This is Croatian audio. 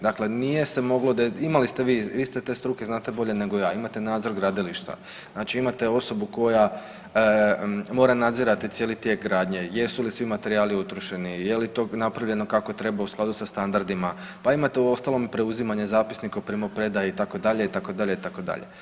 Dakle, nije se moglo, imali ste vi, vi ste te struke, znate bolje nego ja, imate nadzor gradilišta, znači imate osobu koja mora nadzirati cijeli tijek radnje, jesu li svi materijali utrošeni, je li to napravljeno kako treba u skladu sa standardima, pa imate uostalom preuzimanje zapisnika o primopredaji, itd., itd., itd.